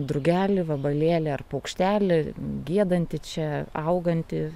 drugelį vabalėlį ar paukštelį giedantį čia augantį